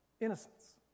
innocence